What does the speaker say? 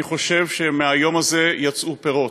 אני חושב שמהיום הזה יצאו פירות.